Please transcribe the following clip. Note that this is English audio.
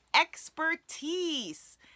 expertise